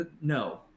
No